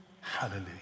Hallelujah